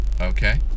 Okay